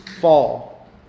fall